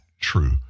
true